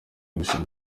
gushinga